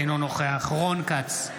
אינו נוכח רון כץ,